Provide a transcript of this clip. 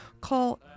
call